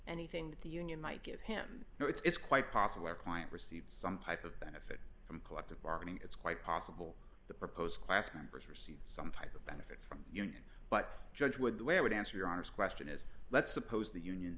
anything that the union might give him now it's quite possible our client receives some type of benefit from collective bargaining it's quite possible the proposed class members receive some type about it from the union but judge with the way i would answer your honor's question is let's suppose the union